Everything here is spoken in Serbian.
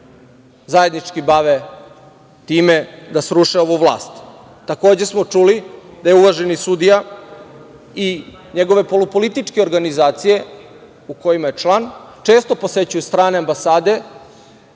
zajednički bave time da sruše ovu vlast. Takođe smo čuli da uvaženi sudija i njegove polupolitičke organizacije u kojima je član često posećuje strane ambasade,